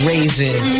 Raising